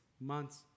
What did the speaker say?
months